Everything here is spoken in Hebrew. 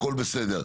הכול בסדר.